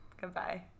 Goodbye